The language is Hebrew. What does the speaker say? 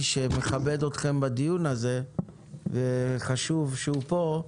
שמכבד אתכם בדיון הזה וחשוב שהוא פה.